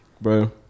bro